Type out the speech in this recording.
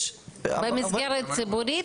במסגרת ציבורית?